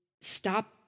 stop